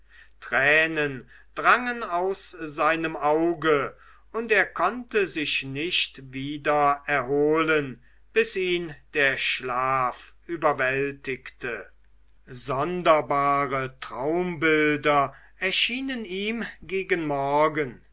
tränen drangen aus seinem auge und er konnte sich nicht wieder erholen bis ihn der schlaf überwältigte sonderbare traumbilder erschienen ihm gegen morgen